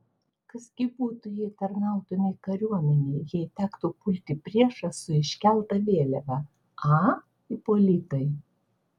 kas gi būtų jei tarnautumei kariuomenėje jei tektų pulti priešą su iškelta vėliava a ipolitai